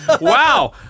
Wow